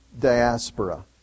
diaspora